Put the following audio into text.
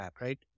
right